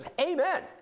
amen